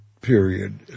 period